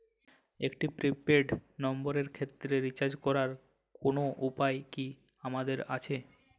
একটি prepaid নম্বরের ক্ষেত্রে রিচার্জ করার কোনো উপায় কি আমাদের আছে?